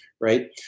right